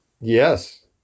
Yes